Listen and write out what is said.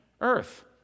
Earth